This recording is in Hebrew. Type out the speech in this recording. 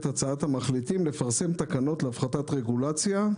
הצעת המחליטים לפרסם תקנות להפחתת רגולציה.